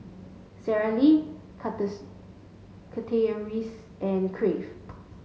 Sara Lee Chateraise and Crave